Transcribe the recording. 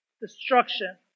destruction